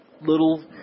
little